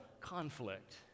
conflict